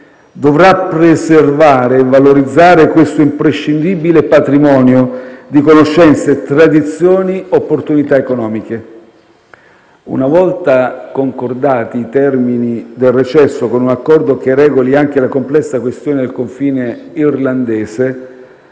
dovrà preservare e valorizzare questo imprescindibile patrimonio di conoscenze, tradizioni e opportunità economiche. Una volta concordati i termini del recesso con un accordo che regoli anche la complessa questione del confine irlandese,